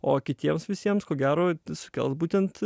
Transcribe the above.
o kitiems visiems ko gero sukels būtent